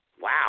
Wow